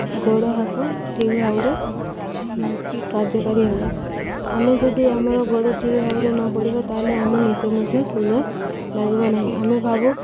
ଗୋଡ଼ ହାତ ଠିକ ଭାବରେ କାର୍ଯ୍ୟକାରୀ ହେବା ଆମେ ଯଦି ଆମର ଗୋଡ଼ ଠିକ ଭାବରେ ନ ପଡ଼ିବ ତାହେଲେ ଆମ ନୃତ୍ୟ ମଧ୍ୟ ସୁନ୍ଦର ଲାଗିବ ନାହିଁ ଆମେ ଭାବୁ